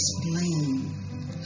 explain